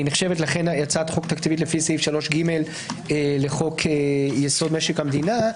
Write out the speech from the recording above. לכן היא נחשבת הצעת חוק תקציבית לפי סעיף 3ג לחוק יסוד: משק המדינה.